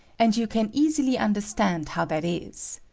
and you can easily understand how that is.